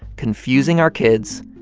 confusing our kids,